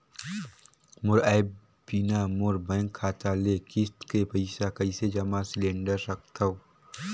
मोर आय बिना मोर बैंक खाता ले किस्त के पईसा कइसे जमा सिलेंडर सकथव?